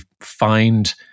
find